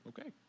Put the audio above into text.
okay